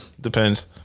Depends